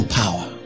power